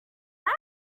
that